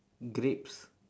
grapes